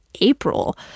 April